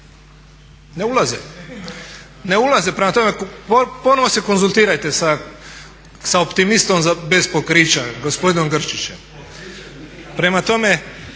ne ulaze, ne ulaze. Prema tome, ponovno se konzultirate sa optimistom bez pokrića, gospodinom Grčićem. Prema tome,